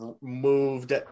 moved